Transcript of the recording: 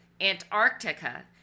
antarctica